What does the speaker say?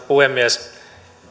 puhemies